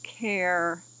care